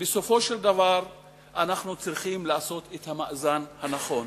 ובסופו של דבר אנחנו צריכים לעשות את המאזן הנכון: